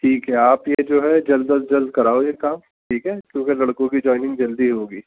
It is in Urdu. ٹھیک ہے آپ یہ جو ہے جلد از جلد کراؤ یہ کام ٹھیک ہے کیونکہ لڑکوں کی جوائنگ جلدی ہوگی